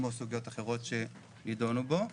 כמו סוגיות אחרות שנדונו בו.